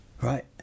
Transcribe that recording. right